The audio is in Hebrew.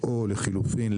או לחילופין,